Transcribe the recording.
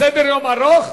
סדר-היום ארוך.